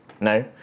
No